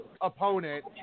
opponent